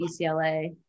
UCLA